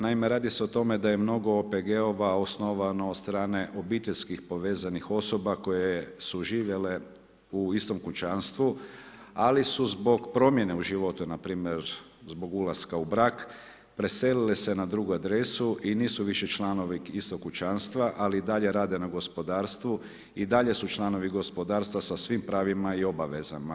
Naime, radi se o tome da je mnogo OPG-ova osnovano od strane obiteljski povezanih osoba koje su živjele u istom kućanstvu, ali su zbog promjene u životu, npr. zbog ulaska u brak, preselile se na drugu adresu i nisu više članovi istog kućanstva, ali i dalje rade na gospodarstvu i dalje su članovi gospodarstva sa svim pravima i obavezama.